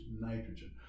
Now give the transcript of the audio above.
nitrogen